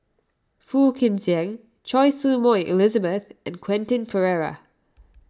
Phua Kin Siang Choy Su Moi Elizabeth and Quentin Pereira